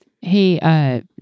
Hey